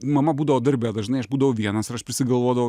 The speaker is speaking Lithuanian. mama būdavo darbe dažnai aš būdavau vienas ir aš prisigalvodavau